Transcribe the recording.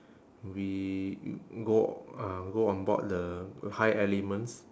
we g~ go uh go on board the uh high elements